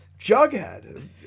Jughead